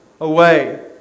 away